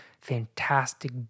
fantastic